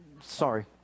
sorry